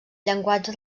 llenguatge